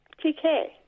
TK